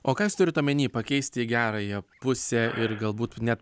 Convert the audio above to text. o ka jūs turit omeny pakeisti į gerąją pusę ir galbūt net